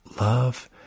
Love